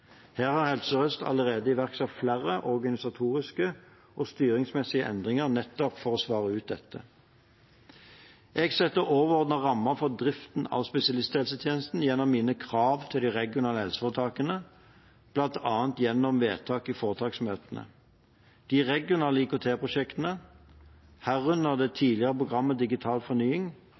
Her har Helse Sør-Øst allerede iverksatt flere organisatoriske og styringsmessige endringer for nettopp å svare på dette. Jeg setter overordnede rammer for driften av spesialisthelsetjenesten gjennom mine krav til de regionale helseforetakene, bl.a. gjennom vedtak i foretaksmøtene. De regionale IKT-prosjektene, herunder det tidligere programmet Digital fornying,